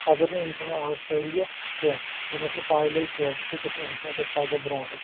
اگر نہٕ اِنسان آز پَرِ یہِ کینٛہہ ییٚمِس نہٕ پَے لَگہِ کینٛہہ سُہ کٕتھ کٔنۍ ہیٚچھناے پَتہٕ پَگاہ برونٛٹھہٕ